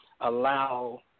allow